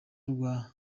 rwa